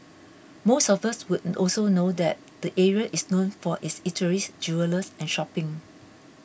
most of us would also know that the area is known for its eateries jewellers and shopping